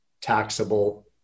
taxable